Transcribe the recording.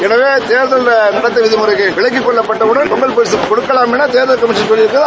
எனவே தேர்தல் நடத்தை விதிமுறைகள் விலக்கிக் கொள்ளப்பட்டப் பின் பொங்கல் பரிக கொடுக்கலாம் என தேர்தல் கமிஷன் கூறியிருக்கிறது